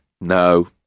no